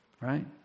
right